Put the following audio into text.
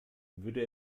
würde